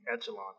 echelon